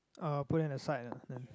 uh put it at the side lah then